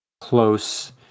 close